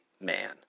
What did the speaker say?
man